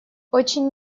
очень